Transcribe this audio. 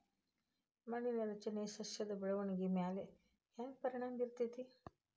ಮಣ್ಣಿನ ರಚನೆ ಸಸ್ಯದ ಬೆಳವಣಿಗೆ ಮ್ಯಾಲೆ ಹ್ಯಾಂಗ್ ಪರಿಣಾಮ ಬೇರತೈತ್ರಿ?